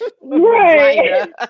right